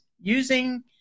using